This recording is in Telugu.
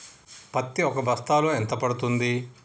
పత్తి ఒక బస్తాలో ఎంత పడ్తుంది?